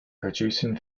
producing